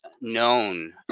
known